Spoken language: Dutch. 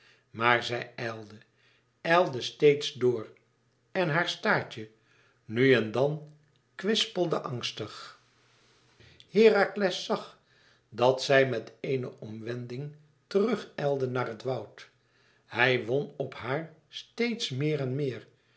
maar zij ijlde ijlde steeds door en haar staartje nu en dan kwispelde angstig herakles zag dat zij met eene ommewending terug ijlde naar het woud hij won op haar steeds meer en meer